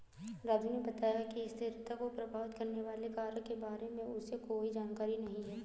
राजू ने बताया कि स्थिरता को प्रभावित करने वाले कारक के बारे में उसे कोई जानकारी नहीं है